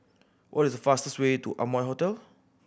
what is the fastest way to Amoy Hotel